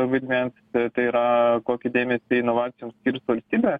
vaidmens tai yra kokį dėmesį inovacijoms skirs valstybė